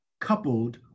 coupled